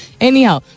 Anyhow